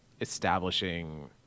establishing